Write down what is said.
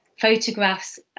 photographs